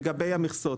לגבי המכסות,